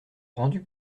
rendu